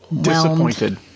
disappointed